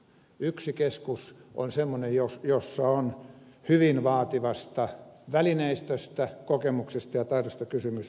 yksi keskus on semmoinen jossa on hyvin vaativasta välineistöstä kokemuksesta ja taidosta kysymys